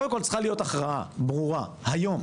קודם כל צריכה להיות החלטה ברורה היום,